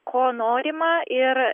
ko norima ir